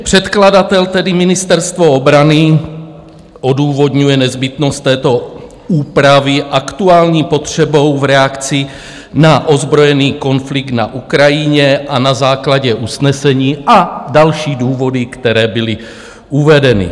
Předkladatel, tedy Ministerstvo obrany, odůvodňuje nezbytnost této úpravy aktuální potřebou v reakci na ozbrojený konflikt na Ukrajině a na základě usnesení, a další důvody, které byly uvedeny.